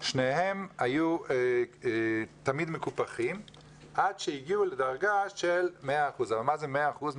שניהם היו תמיד מקופחים עד שהגיעו לדרגה של 100%. מה זה 100%?